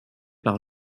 par